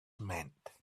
meant